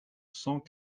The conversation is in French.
cent